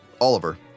Oliver